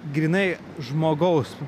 grynai žmogaus